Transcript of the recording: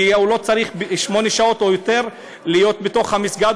כי הוא לא צריך שמונה שעות או יותר להיות בתוך המסגד,